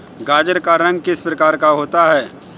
गाजर का रंग किस प्रकार का होता है?